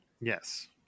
Yes